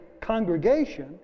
congregation